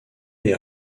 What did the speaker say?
les